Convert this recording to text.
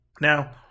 Now